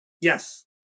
Yes